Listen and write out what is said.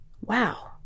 Wow